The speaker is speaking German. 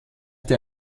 der